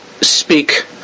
speak